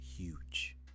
huge